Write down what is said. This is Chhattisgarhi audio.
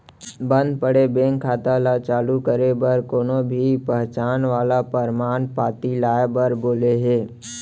बंद पड़े बेंक खाता ल चालू करे बर कोनो भी पहचान वाला परमान पाती लाए बर बोले हे